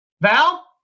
Val